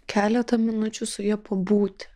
keletą minučių su ja pabūti